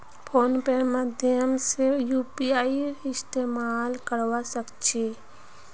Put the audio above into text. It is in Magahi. फोन पेर माध्यम से यूपीआईर इस्तेमाल करवा सक छी